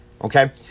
Okay